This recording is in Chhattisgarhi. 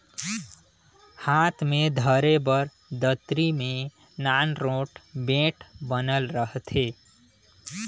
हाथ मे धरे बर दतरी मे नान रोट बेठ बनल रहथे